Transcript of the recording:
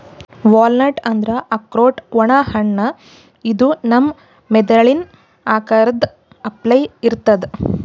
walnut ಅಂದ್ರ ಆಕ್ರೋಟ್ ಒಣ ಹಣ್ಣ ಇದು ನಮ್ ಮೆದಳಿನ್ ಆಕಾರದ್ ಅಪ್ಲೆ ಇರ್ತದ್